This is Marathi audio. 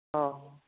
हो